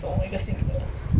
蛮可爱哦